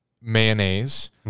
mayonnaise